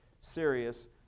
serious